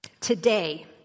today